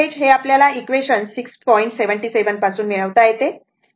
77 पासून मिळवता येते